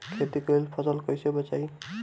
खेती कईल फसल कैसे बचाई?